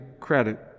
credit